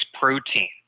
protein